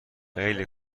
خیلی